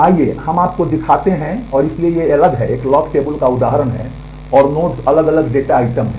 तो आइए हम आपको दिखाते हैं और इसलिए ये अलग हैं यह एक लॉक टेबल का एक उदाहरण है और नोड्स अलग अलग डेटा आइटम हैं